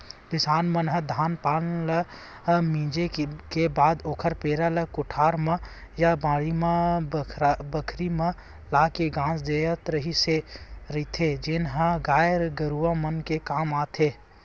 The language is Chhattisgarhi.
किसान मन ह धान पान ल मिंजे के बाद ओखर पेरा ल कोठार म या बाड़ी बखरी म लाके गांज देय रहिथे जेन ह गाय गरूवा मन के काम आथे